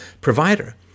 provider